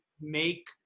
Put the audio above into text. make